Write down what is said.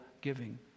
giving